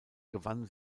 gewann